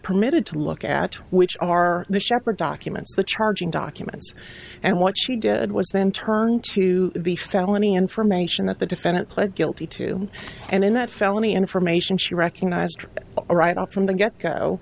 permitted to look at which are the shepherd documents the charging documents and what she did was then turned to the felony information that the defendant pled guilty to and in that felony information she recognized a right off from the get go